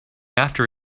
after